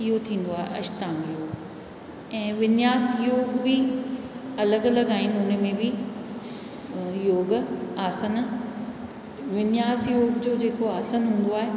इहो थींदो आहे अष्टांग योग ऐं विनियास योग बि अलॻि अलॻि आहिनि उन में बि योग आसन विनियास योग जो जेको आसन हूंदो आहे